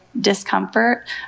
discomfort